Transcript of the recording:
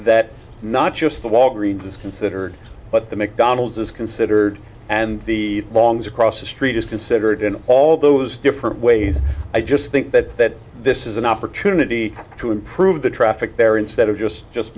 that not just the walgreens is considered but the mcdonald's is considered and the longs across the street is considered in all those different ways i just think that that this is an opportunity to improve the traffic there instead of just just